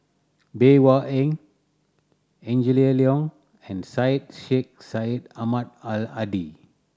Bey Hua Heng Angela Liong and Syed Sheikh Syed Ahmad Al Hadi